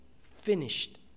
finished